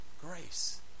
grace